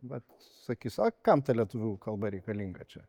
vat sakys a kam ta lietuvių kalba reikalinga čia